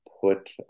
put